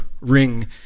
ring